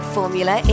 Formula